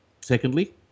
Secondly